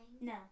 No